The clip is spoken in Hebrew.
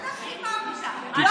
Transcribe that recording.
אתה חיממת.